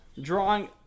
drawing